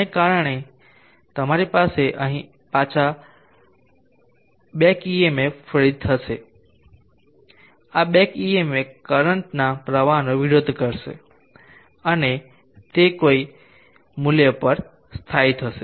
અને આને કારણે તમારી પાસે અહીં પાછા EMF પ્રેરિત થશે અને આ બેક EMF કરંટના પ્રવાહનો વિરોધ કરશે અને તે કોઈ મૂલ્ય પર સ્થાયી થશે